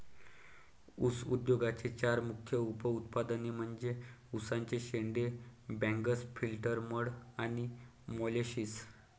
ऊस उद्योगाचे चार मुख्य उप उत्पादने म्हणजे उसाचे शेंडे, बगॅस, फिल्टर मड आणि मोलॅसिस